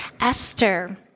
Esther